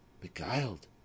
beguiled